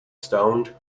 stoned